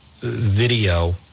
video